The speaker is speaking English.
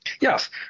Yes